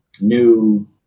new